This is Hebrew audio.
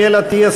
אריאל אטיאס,